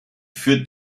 führt